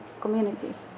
communities